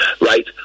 right